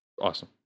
Awesome